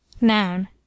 Noun